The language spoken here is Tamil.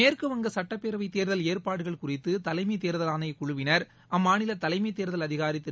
மேற்குவங்க சுட்டப்பேரவை தேர்தல் ஏற்பாடுகள் குறித்து தலைமை தேர்தல் ஆணையக் குழுவினர் அம்மாநில தலைமை தேர்தல் அதிகாரி திரு